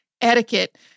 etiquette